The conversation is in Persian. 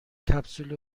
کپسول